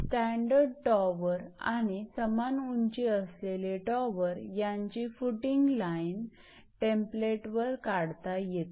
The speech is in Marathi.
स्टॅंडर्ड टॉवर आणि समान उंची असलेले टॉवर यांची फुटिंग लाईन टेम्प्लेटवर काढता येते